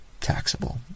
taxable